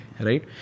right